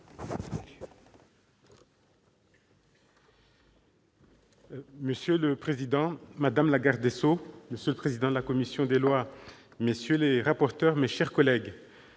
Monsieur le président, madame la garde des sceaux, monsieur le président de la commission des lois, messieurs les rapporteurs, mes chers collègues,